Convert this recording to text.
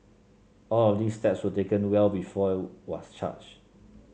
all of these steps were taken well before was charged